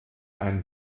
einen